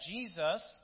Jesus